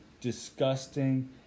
disgusting